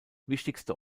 wichtigste